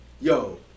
yo